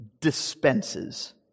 dispenses